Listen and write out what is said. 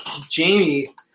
Jamie